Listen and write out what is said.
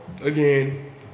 again